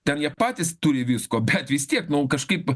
ten jie patys turi visko bet vis tiek kažkaip